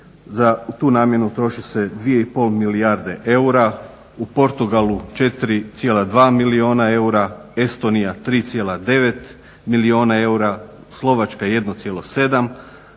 za tu namjenu troši se 2,5 milijuna eura, u Portugalu 4,2 milijuna eura, Estonija 3,9 milijuna eura, Slovačka 1,7 a susjedna